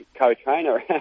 co-trainer